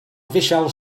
vishal